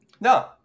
no